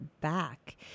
back